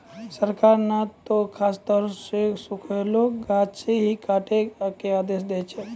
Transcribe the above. सरकार नॅ त खासतौर सॅ सूखलो गाछ ही काटै के आदेश दै छै